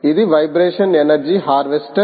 ఇది vibration energy harvester